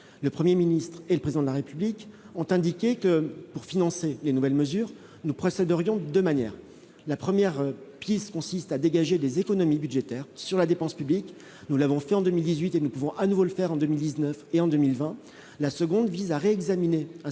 le 1er ministre et le président de la République, ont indiqué que pour financer les nouvelles mesures nous précède oriente de manière la première piste consiste à dégager des économies budgétaires sur la dépense publique, nous l'avons fait en 2018 et nous pouvons à nouveau le fer en 2000 19 et en 2020 la seconde vise à réexaminer, un